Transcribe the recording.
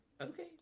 Okay